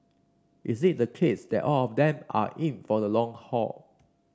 is it the case that all of them are in for the long haul